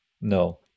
No